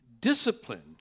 discipline